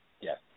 yes